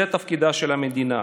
זה תפקידה של המדינה.